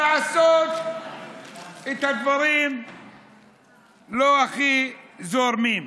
לעשות את הדברים לא הכי זורמים.